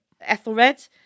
Ethelred